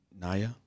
Naya